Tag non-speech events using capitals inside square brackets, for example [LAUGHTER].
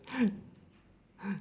[LAUGHS]